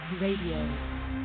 Radio